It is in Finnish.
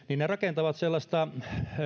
rakentavat sellaista